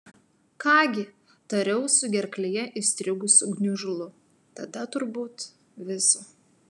ką gi tariau su gerklėje įstrigusiu gniužulu tada turbūt viso